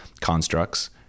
constructs